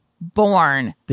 born